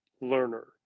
learner